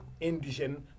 indigenous